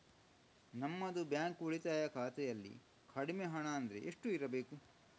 ನಮ್ಮದು ಬ್ಯಾಂಕ್ ಉಳಿತಾಯ ಖಾತೆಯಲ್ಲಿ ಕಡಿಮೆ ಹಣ ಅಂದ್ರೆ ಎಷ್ಟು ಇರಬೇಕು?